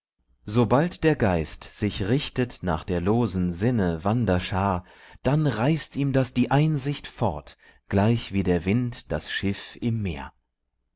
sobald der geist sich richtet nach der losen sinne wanderschar dann reißt ihm das die einsicht fort gleichwie der wind das schiff im meer